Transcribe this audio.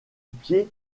pied